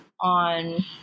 on